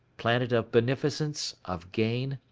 planet of beneficence, of gain,